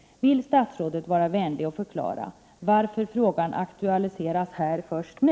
Vill statsrådet vara vänlig och förklara varför frågan aktualiseras här först nu?